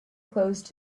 closed